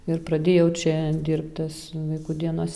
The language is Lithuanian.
ir pradėjau čia dirbti su vaikų dienos